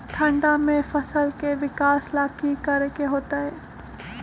ठंडा में फसल के विकास ला की करे के होतै?